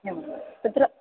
एवं तत्र